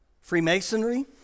Freemasonry